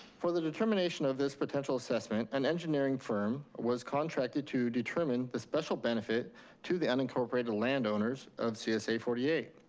for the determination of this potential assessment, an engineering firm was contracted to determine the special benefit to the unincorporated landowners of csa forty eight.